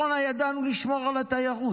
אנחנו בקורונה ידענו לשמור על התיירות,